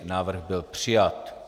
Návrh byl přijat.